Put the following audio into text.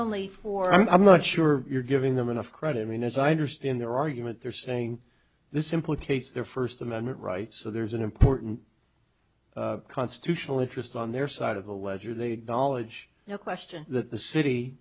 only for and i'm not sure you're giving them enough credit i mean as i understand their argument they're saying this implicates their first amendment rights so there's an important constitutional interest on their side of the ledger they dollar judge no question that the city